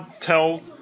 tell